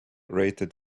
rated